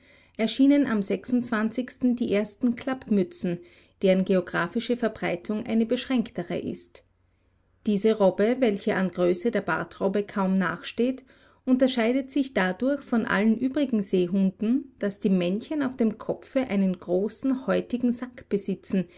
erschienen am die ersten klappmützen deren geographische verbreitung eine beschränktere ist diese robbe welche an größe der bartrobbe kaum nachsteht unterscheidet sich dadurch von allen übrigen seehunden daß die männchen auf dem kopfe einen großen häutigen sack besitzen